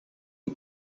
you